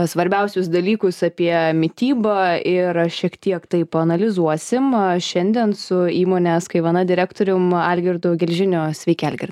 svarbiausius dalykus apie mitybą ir šiek tiek taip analizuosim šiandien su įmonės kaivana direktorium algirdu gelžiniu sveiki algirdai